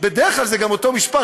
בדרך כלל זה גם אותו משפט,